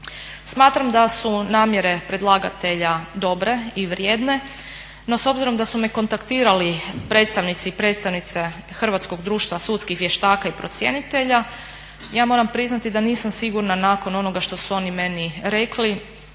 Smatram da su namjere predlagatelja dobre i vrijedne no s obzirom da su me kontaktirali predstavnici i predstavnice Hrvatskog društva sudskih vještaka i procjenitelja ja moram priznati da nisam sigurna nakon onoga što su oni meni rekli